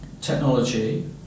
technology